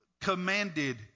commanded